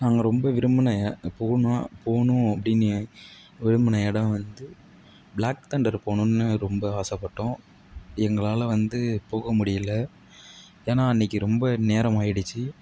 நாங்கள் ரொம்ப விரும்பின போகணும் போகணும் அப்படின்னு விரும்பின இடம் வந்து பிளாக் தண்டர் போகணுன்னு ரொம்ப ஆசைப்பட்டோம் எங்களால் வந்து போக முடியலை ஏன்னா அன்றைக்கி ரொம்ப நேரமாகிடுச்சி